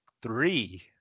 Three